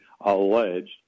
alleged